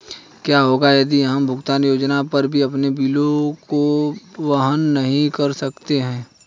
क्या होगा यदि हम भुगतान योजना पर भी अपने बिलों को वहन नहीं कर सकते हैं?